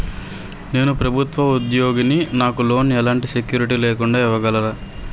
నేను ప్రభుత్వ ఉద్యోగిని, నాకు లోన్ ఎలాంటి సెక్యూరిటీ లేకుండా ఇవ్వగలరా?